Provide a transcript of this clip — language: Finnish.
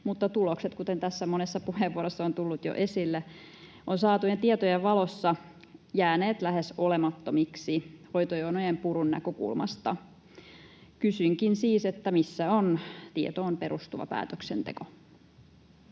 mutta tulokset, kuten tässä monessa puheenvuorossa on tullut jo esille, ovat saatujen tietojen valossa jääneet lähes olemattomiksi hoitojonojen purun näkökulmasta. Kysynkin siis, missä on tietoon perustuva päätöksenteko.